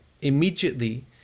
immediately